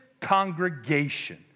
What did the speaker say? congregation